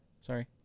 Sorry